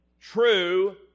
true